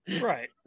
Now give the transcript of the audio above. right